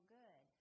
good